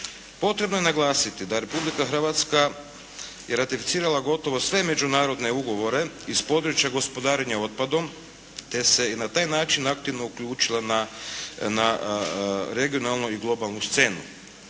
Potrebno je naglasiti da Republika Hrvatska je ratificirala gotovo sve međunarodne ugovore iz područja gospodarenja otpadom te se i na taj način aktivno uključila na regionalnu i globalnu scenu.